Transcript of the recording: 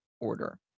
order